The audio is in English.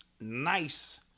nice